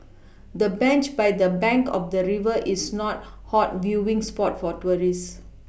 the bench by the bank of the river is not hot viewing spot for tourists